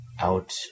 out